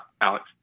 Alex